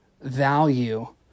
value